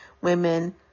women